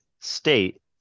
state